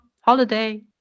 holiday